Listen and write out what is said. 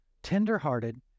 Tenderhearted